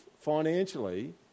financially